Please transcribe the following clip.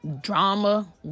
drama